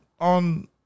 on